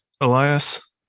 Elias